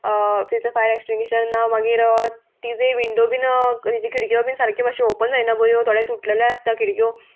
तितून fire extinguisher ना मागीर तिजे विंडो बीन तिज्यो खिडक्यो बीन सारक्यो मात्श्यो ओपन जायना बऱ्यो थोडे तुटलेले आसता खिडक्यो